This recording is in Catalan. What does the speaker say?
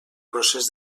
procés